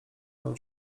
wam